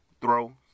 throw